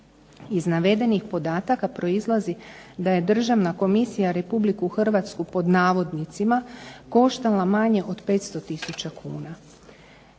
Iz navedenih podataka proizlazi da je Državna komisija Republiku Hrvatsku pod navodnicima koštala manje od 500000 kuna.